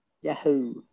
Yahoo